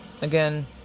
Again